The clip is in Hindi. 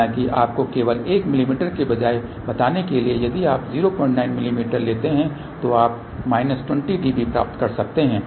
हालाँकि आपको केवल 1 मिमी लेने के बजाय बताने के लिए यदि आप 09 मिमी मिमी लेते हैं तो आप माइनस 20 dB प्राप्त कर सकते हैं